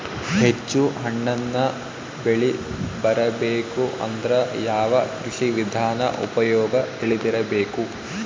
ಹೆಚ್ಚು ಹಣ್ಣನ್ನ ಬೆಳಿ ಬರಬೇಕು ಅಂದ್ರ ಯಾವ ಕೃಷಿ ವಿಧಾನ ಉಪಯೋಗ ತಿಳಿದಿರಬೇಕು?